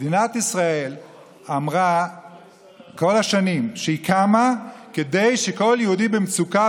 מדינת ישראל אמרה כל השנים שהיא קמה כדי שכל יהודי במצוקה,